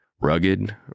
Rugged